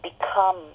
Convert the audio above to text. become